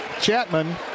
Chapman